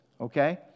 okay